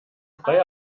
freie